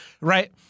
Right